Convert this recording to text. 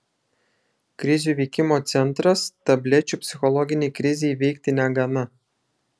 krizių įveikimo centras tablečių psichologinei krizei įveikti negana